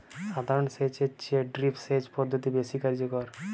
সাধারণ সেচ এর চেয়ে ড্রিপ সেচ পদ্ধতি বেশি কার্যকর